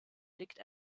liegt